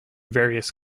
various